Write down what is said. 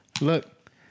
Look